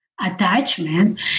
attachment